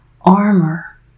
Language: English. armor